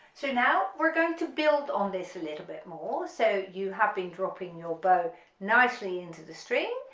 so now we're going to build on this a little bit more, so you have been dropping your bow nicely into the string,